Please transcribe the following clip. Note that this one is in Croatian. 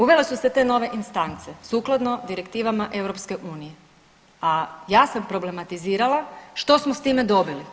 Uvele su se te nove instance sukladno direktivama EU, a ja sam problematizirala što smo s time dobili.